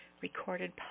recorded